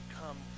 come